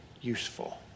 Useful